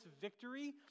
victory